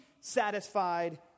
satisfied